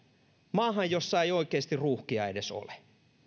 maahan jossa ei oikeasti ruuhkia edes ole